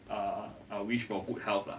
err I'll wish for good health lah